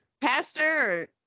pastor